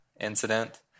incident